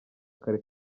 kare